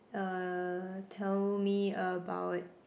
uh tell me about it